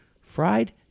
fried